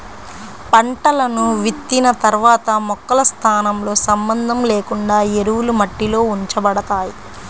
పంటలను విత్తిన తర్వాత మొక్కల స్థానంతో సంబంధం లేకుండా ఎరువులు మట్టిలో ఉంచబడతాయి